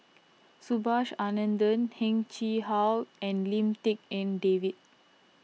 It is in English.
Subhas Anandan Heng Chee How and Lim Tik En David